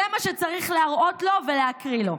זה מה שצריך להראות לו ולהקריא לו: